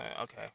Okay